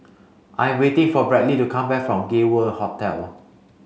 I am waiting for Bradly to come back from Gay World Hotel